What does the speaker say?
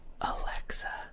Alexa